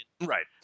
Right